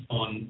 on